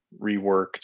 reworked